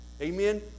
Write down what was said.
Amen